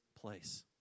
place